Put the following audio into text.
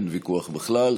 אין ויכוח בכלל.